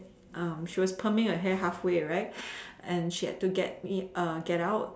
she was perming her hair halfway right and she had to just get out